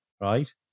right